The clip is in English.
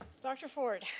dr. ford.